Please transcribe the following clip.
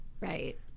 Right